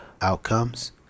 outcomes